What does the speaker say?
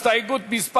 הסתייגות מס'